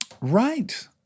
Right